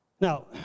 Now